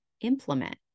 implement